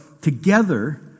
together